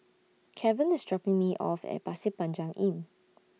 Kevan IS dropping Me off At Pasir Panjang Inn